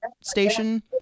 station